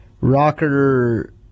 Rocker